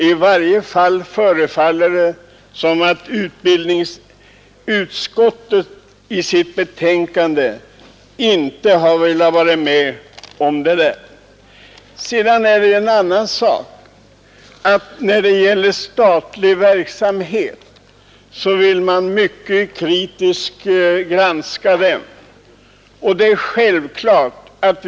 I varje fall vill det synas som om utbildningsutskottet inte vill vara med om det i föreliggande betänkande. Man vill också mycket kritiskt granska den statliga verksamheten.